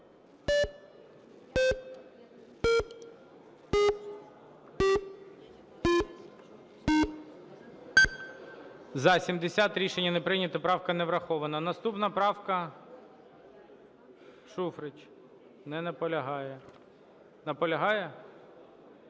За-70 Рішення не прийнято, правка не врахована. Наступна правка - Шуфрич. Не наполягає. Наполягає?